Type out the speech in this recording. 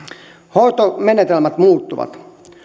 hoitomenetelmät muuttuvat